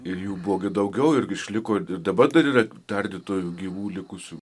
ir jų buvo gi daugiau irgi išliko dabar dar yra tardytojų gyvų likusių